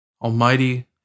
Almighty